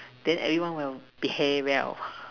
then everyone will behave well